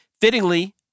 Fittingly